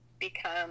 become